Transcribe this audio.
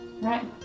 Right